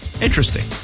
Interesting